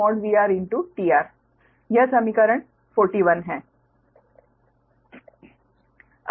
tR यह समीकरण 41 है